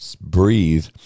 breathe